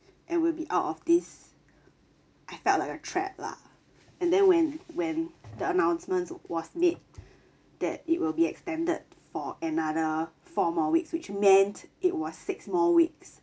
and we'll be out of this I felt like a trap lah and then when when the announcement was made that it will be extended for another four more weeks which meant it was six more weeks